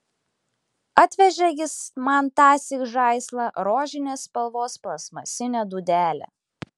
atvežė jis man tąsyk žaislą rožinės spalvos plastmasinę dūdelę